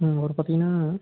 ம் அப்புறோம் பார்த்திங்கன்னா